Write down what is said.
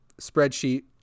spreadsheet